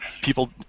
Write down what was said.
People